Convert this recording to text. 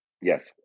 Yes